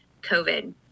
COVID